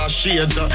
shades